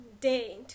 day